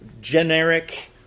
generic